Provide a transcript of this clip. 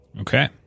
Okay